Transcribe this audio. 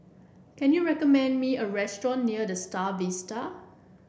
can you recommend me a restaurant near The Star Vista